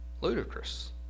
ludicrous